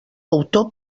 autor